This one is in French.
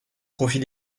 profit